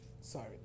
sorry